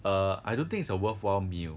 err I don't think it's a worthwhile meal